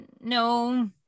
No